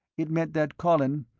it meant that colin,